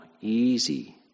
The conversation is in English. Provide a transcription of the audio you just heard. easy